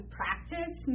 practice